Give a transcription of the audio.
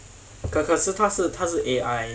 可可是它是它是 A_I